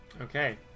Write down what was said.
Okay